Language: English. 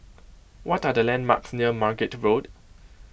what are the landmarks near Margate Road